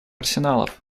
арсеналов